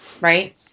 right